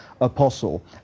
apostle